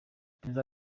perezida